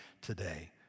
today